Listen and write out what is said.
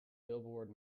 billboard